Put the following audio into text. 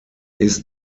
ist